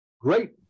great